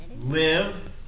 live